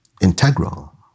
integral